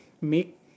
make